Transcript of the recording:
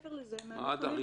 הם עוד לא